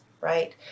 Right